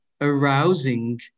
arousing